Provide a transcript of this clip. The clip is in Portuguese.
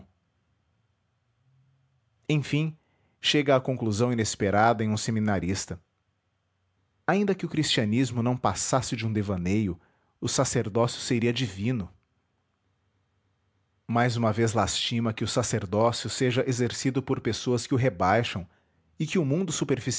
enfim chega à conclusão inesperada em um seminarista ainda que o cristianismo não passasse de um devaneio o sacerdócio seria divino mais uma vez lastima que o sacerdócio seja exercido por pessoas que o rebaixam e que o mundo